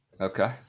Okay